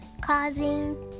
causing